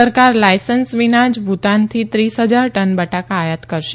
સરકાર લાયસંસ વિના જ ભૂતાનથી ત્રીસ હજાર ટન બટાકા આયાત કરશે